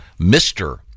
Mr